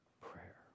prayer